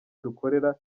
dukorera